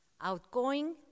outgoing